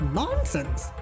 nonsense